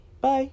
bye